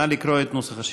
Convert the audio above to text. נא לקרוא את נוסח השאילתה.